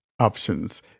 options